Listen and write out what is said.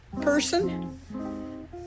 person